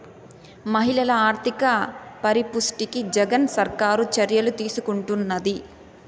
మహిళల ఆర్థిక పరిపుష్టికి జగన్ సర్కారు చర్యలు తీసుకుంటున్నది